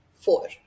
four